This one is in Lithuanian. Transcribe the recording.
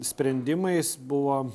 sprendimais buvo